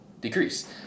decrease